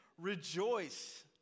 Rejoice